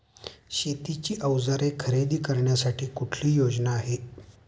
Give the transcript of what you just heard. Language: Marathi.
शेतीची अवजारे खरेदी करण्यासाठी कुठली योजना आहे?